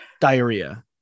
diarrhea